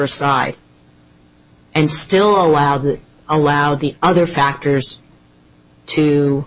aside and still allow the allow the other factors to